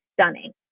stunning